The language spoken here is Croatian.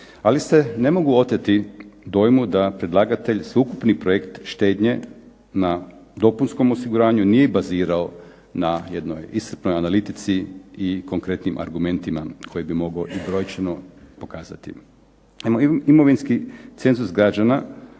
ali se ne mogu oteti dojmu da predlagatelj sveukupni projekt štednje na dopunskom osiguranju nije bazirao na jednoj iscrpnoj analitici i konkretnim argumentima koje bi mogao i brojčano pokazati. Imovinski cenzus građana